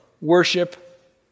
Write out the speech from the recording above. worship